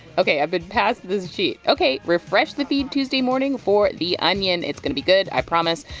ok, i've been passed this sheet. ok, refresh the feed tuesday morning for the onion. it's going to be good. i promise.